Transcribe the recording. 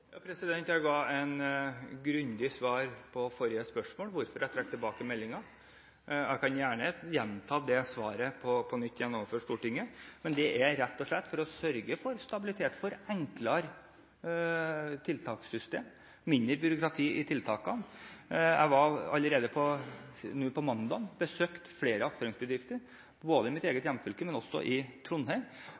Jeg kan gjerne gjenta dette svaret på nytt overfor Stortinget: Det er rett og slett for å sørge for stabilitet, et enklere tiltakssystem og mindre byråkrati når det gjelder tiltakene. Jeg besøkte allerede mandag flere attføringsbedrifter i mitt eget hjemfylke, men også i Trondheim.